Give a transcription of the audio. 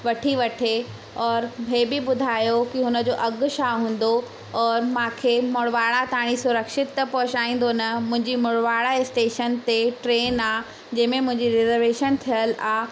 वठी वठे औरि इहो बि ॿुधायो कि हुन जो अघ छा हूंदो और माखे मुड़वारा ताईं सुरक्षित त पहुचाईंदो न मुंहिंजी मुड़वारा स्टेशन ते ट्रेन आहे जंहिंमें मुंहिंजी रिज़र्वेशन थियलु आहे